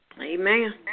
Amen